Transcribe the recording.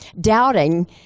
Doubting